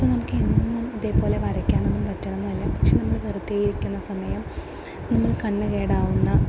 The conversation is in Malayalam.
അപ്പം നമുക്ക് എന്നും ഇതേപോലെ വരക്കാനൊന്നും പറ്റണമെന്നില്ല പക്ഷേ നമ്മൾ വെറുതെ ഇരിക്കുന്ന സമയം നമ്മൾ കണ്ണ് കേടാകുന്ന